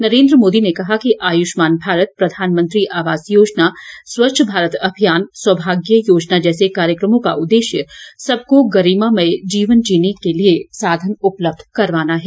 नरेन्द्र मोदी ने कहा कि आयुष्मान भारत प्रधानमंत्री आवास योजना स्वच्छ भारत अभियान सौभाग्य योजना जैसे काय्रकमों का उद्देश्य सबको गरिमामय जीवन जीने के लिए साधन उपलब्ध करवाना है